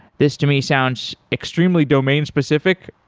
this to me sounds extremely domain-specific,